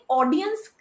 audience